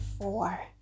four